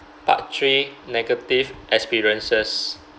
part three negative experiences